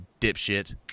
dipshit